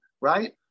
right